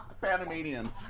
Panamanian